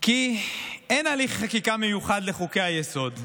כי אין הליך חקיקה מיוחד לחוקי-היסוד,